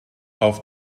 auf